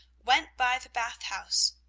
went by the bath house.